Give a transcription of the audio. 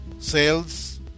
sales